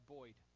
Boyd